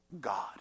God